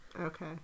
Okay